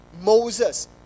Moses